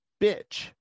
bitch